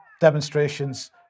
demonstrations